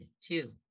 two